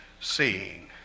seeing